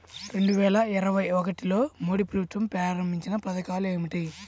రెండు వేల ఇరవై ఒకటిలో మోడీ ప్రభుత్వం ప్రారంభించిన పథకాలు ఏమిటీ?